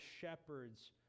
shepherds